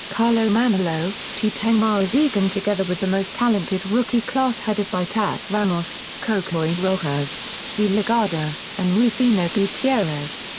carlo manalo, tuteng marasigan together with the most talented rookie class headed by tats ramos, cocoy rojas, javi legarda, and rufino gutierrez.